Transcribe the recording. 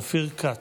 אופיר כץ,